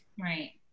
Right